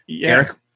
Eric